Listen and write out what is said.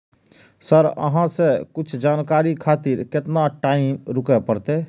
Sir अहाँ से कुछ जानकारी खातिर केतना टाईम रुके परतें?